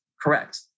correct